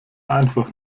einfach